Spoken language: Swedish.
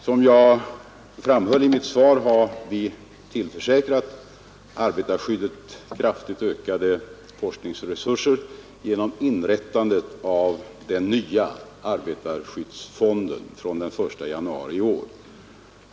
Som jag framhöll i mitt svar har vi tillförsäkrat arbetarskyddet kraftigt ökade forskningsresurser genom inrättandet av den nya arbetarskyddsfonden från den 1 januari i år.